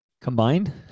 Combined